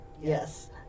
yes